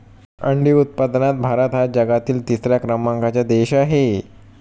अंडी उत्पादनात भारत हा जगातील तिसऱ्या क्रमांकाचा देश आहे